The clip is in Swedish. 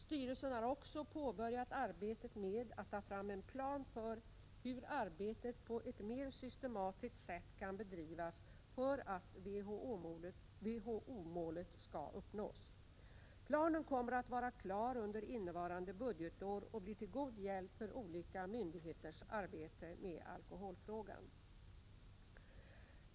Styrelsen har också påbörjat arbetet med att ta fram en plan för hur arbetet på ett mer systematiskt sätt kan bedrivas för att WHO-målet skall uppnås. Planen kommer att vara klar under innevarande budgetår och blir till god hjälp för olika myndigheters arbete med alkoholfrågan.